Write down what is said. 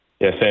Yes